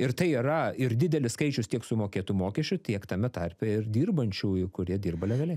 ir tai yra ir didelis skaičius tiek sumokėtų mokesčių tiek tame tarpe ir dirbančiųjų kurie dirba legaliai